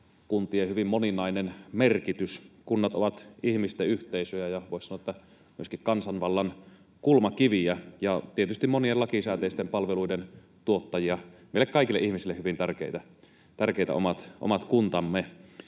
hyvin moninainen merkitys. Kunnat ovat ihmisten yhteisöjä ja, voisi sanoa, myöskin kansanvallan kulmakiviä ja tietysti monien lakisääteisten palveluiden tuottajia — omat kuntamme ovat meille kaikille ihmisille hyvin tärkeitä. Ja nyt